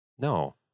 No